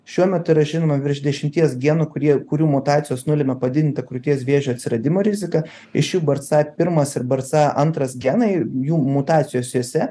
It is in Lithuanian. šiuo metu yra žinoma virš dešimties genų kurie kurių mutacijos nulemia padidintą krūties vėžio atsiradimo riziką iš jų barca pirmas ir barca antras genai jų mutacijos jose